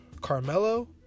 Carmelo